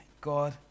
God